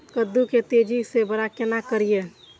कद्दू के तेजी से बड़ा केना करिए?